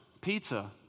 pizza